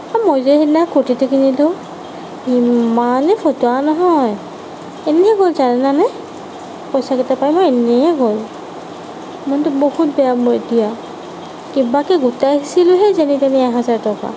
অঁ মই যে সেইদিনা কুৰ্তিটো কিনিলো ইমানে ফটোৱা নহয় এনেই গ'ল জানানে পইচা কেইটকা মোৰ এনেই গ'ল মনটো বহুত বেয়া মোৰ এতিয়া কিবাকে গোটাইছিলোহে যেনে তেনে এহেজাৰ টকা